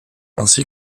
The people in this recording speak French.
ainsi